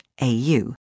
AU